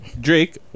Drake